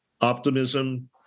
optimism